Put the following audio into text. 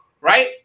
right